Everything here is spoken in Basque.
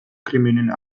krimenen